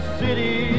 city